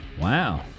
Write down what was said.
Wow